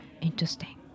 Interesting